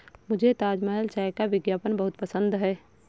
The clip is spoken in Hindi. मुझे ताजमहल चाय का विज्ञापन बहुत पसंद है